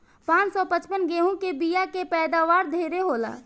पान सौ पचपन गेंहू के बिया के पैदावार ढेरे होला